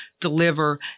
deliver